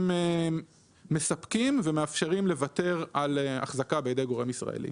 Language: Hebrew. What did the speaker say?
הם מספקים ומאפשרים לוותר על החזקה בידי גורם ישראלי.